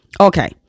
Okay